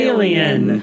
Alien